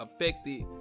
affected